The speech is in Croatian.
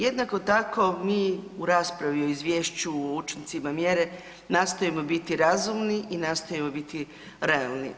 Jednako tako mi u raspravi o izvješću o učincima mjere nastojimo biti razumni i nastojimo biti realni.